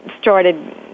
started